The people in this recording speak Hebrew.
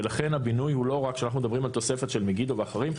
ולכן הבינוי הוא לא רק כשאנחנו מדברים על תוספת של מגידו ואחרים,